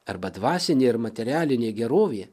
arba dvasinė ir materialinė gerovė